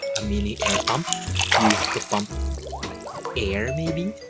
a mini air pump used to pump air, maybe?